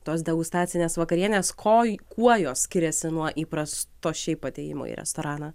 tos degustacinės vakarienės ko kuo jos skiriasi nuo įprasto šiaip atėjimo į restoraną